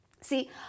see